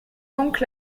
donc